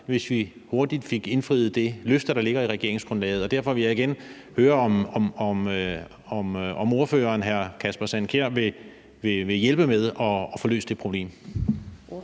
hvis vi hurtigt fik indfriet det løfte, der ligger i regeringsgrundlaget. Derfor vil jeg høre igen, om ordføreren, hr. Kasper Sand Kjær, vil hjælpe med at få løst det problem.